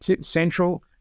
central